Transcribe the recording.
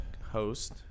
host